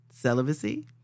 celibacy